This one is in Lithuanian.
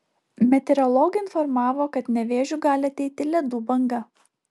meteorologai informavo kad nevėžiu gali ateiti ledų banga